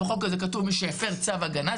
בחוק הזה כתוב מי שהפר צו הגנה,